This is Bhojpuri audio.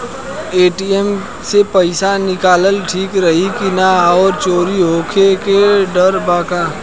ए.टी.एम से पईसा निकालल ठीक रही की ना और चोरी होये के डर बा का?